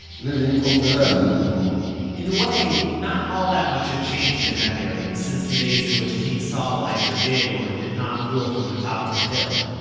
living off the land, you know in a way, not all that much had changed in that area since the days in which king saul either did or did not rule from the top of the hill.